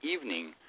evening